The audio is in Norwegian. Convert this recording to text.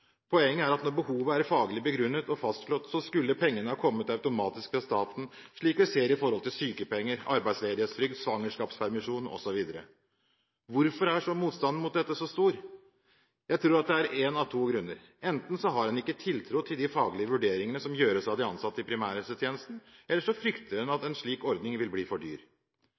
Poenget er at når behovet er faglig begrunnet og fastslått, skulle pengene ha kommet automatisk fra staten, slik vi ser i forhold til sykepenger, arbeidsledighetstrygd, svangerskapspermisjon osv. Hvorfor er motstanden mot dette så stor? Jeg tror at det er en av to grunner: Enten har en ikke tiltro til de faglige vurderingene som gjøres av de ansatte i primærhelsetjenesten, eller så frykter en at en slik ordning vil bli for dyr.